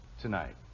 Tonight